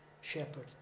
shepherd